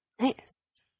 Nice